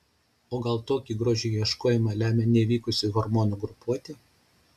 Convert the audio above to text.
o gal tokį grožio ieškojimą lemia nevykusi hormonų grupuotė